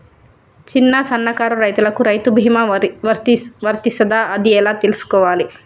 చిన్న సన్నకారు రైతులకు రైతు బీమా వర్తిస్తదా అది ఎలా తెలుసుకోవాలి?